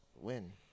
win